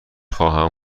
خواهم